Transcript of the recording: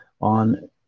on